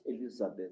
Elizabeth